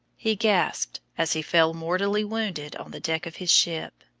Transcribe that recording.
he gasped, as he fell mortally wounded on the deck of his ship.